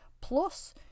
Plus